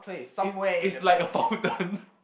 is is like a fountain